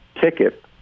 ticket